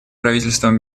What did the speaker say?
правительством